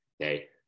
okay